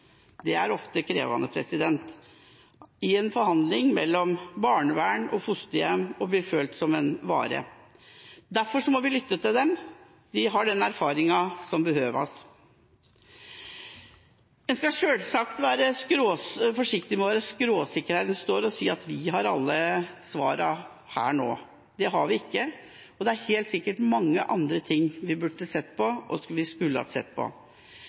Det er ofte krevende i en forhandling mellom barnevern og fosterhjem å føle seg som en vare. Derfor må vi lytte til dem – de har den erfaringen som behøves. En skal sjølsagt være forsiktig med å være skråsikker og stå her og si at vi har alle svarene her nå. Det har vi ikke, og det er helt sikkert mange andre ting vi burde ha sett på, og som vi skulle ha sett på.